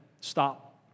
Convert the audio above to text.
Stop